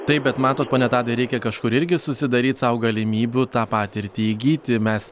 taip bet matot pone tadai reikia kažkur irgi susidaryt sau galimybių tą patirtį įgyti mes